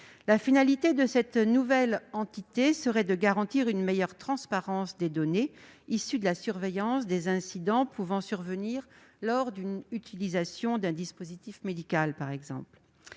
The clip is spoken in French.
Le rôle de cette nouvelle entité serait de garantir une meilleure transparence des données issues de la surveillance des incidents pouvant survenir lors de l'utilisation d'un dispositif médical, par exemple.